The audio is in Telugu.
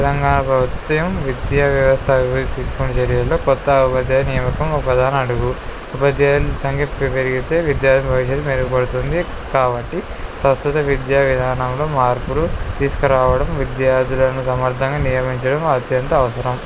తెలంగాణ ప్రభుత్వం విద్యా వ్యవస్థ అభ తీసుకునే చర్యలో క్రొత్త ఉపాధ్యాయ నియామకం ఒక ప్రధాన అడుగు ఉపాధ్యాయులు సంఖ్య ప్ర పెరిగితే విధ్యార్థుల భవిష్యత్తు మెరుగుపడుతుంది కాబట్టి ప్రస్తుత విద్యా విధానంలో మార్పులు తీసుకురావడం విద్యార్థులను సమర్థంగా నియమించడం అత్యంత అవసరం